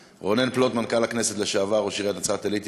ראש עיריית נצרת-עילית,